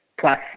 plus